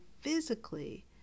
physically